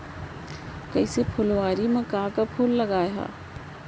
कइसे फुलवारी म का का फूल लगाय हा?